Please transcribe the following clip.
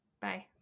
bye